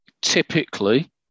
typically